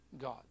God